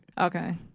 Okay